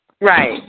Right